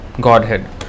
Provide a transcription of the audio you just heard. Godhead